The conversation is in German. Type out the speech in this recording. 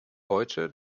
beute